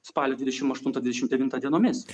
spalio dvidešim aštuntą dvidešim devintą dienomis